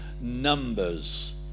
Numbers